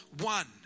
One